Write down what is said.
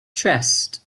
chest